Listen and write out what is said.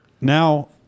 now